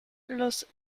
los